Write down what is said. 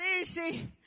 easy